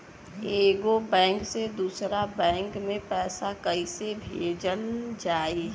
एगो बैक से दूसरा बैक मे पैसा कइसे भेजल जाई?